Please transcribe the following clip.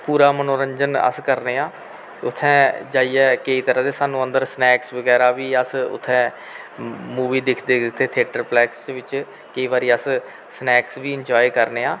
पूरा मनोरंजन अस करने आं उत्थै जाइयै केईं तरह् दे सानूूं अंदर सनैक्स बगैरा बी अस उत्थै मूवी दिखदे दिखदे थेटर प्लैक्स बिच्च केईं बारी अस सनैक्स बी इनजाय करने आं